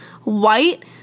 white